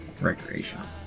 recreational